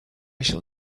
shall